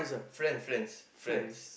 friend friends friends